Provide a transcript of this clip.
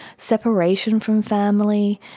separation from family,